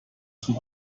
zum